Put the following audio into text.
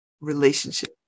relationship